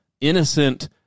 innocent